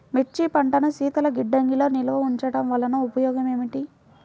మిర్చి పంటను శీతల గిడ్డంగిలో నిల్వ ఉంచటం వలన ఉపయోగం ఏమిటి?